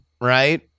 right